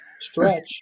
stretch